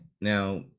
Now